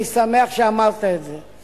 אני שמח שאמרת את זה,